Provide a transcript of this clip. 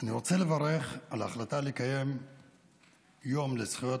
אני רוצה לברך על ההחלטה לקיים יום לזכויות